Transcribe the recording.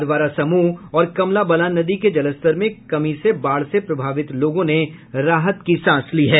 अधवारा समूह और कमला बलान नदी के जलस्तर में कमी से बाढ़ से प्रभावित लोगों ने राहत की सांस ली है